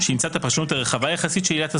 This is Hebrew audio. שאימצה את הפרשנות הרחבה יחסית של עילת הסבירות,